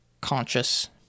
conscious